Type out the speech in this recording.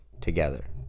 together